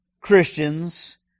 Christians